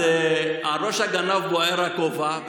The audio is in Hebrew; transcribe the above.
אז על ראש הגנב בוער הכובע,